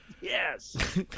Yes